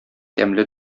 тәмле